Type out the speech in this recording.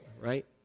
right